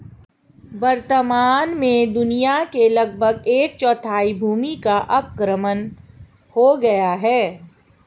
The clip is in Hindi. वर्तमान में दुनिया की लगभग एक चौथाई भूमि का अवक्रमण हो गया है